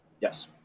Yes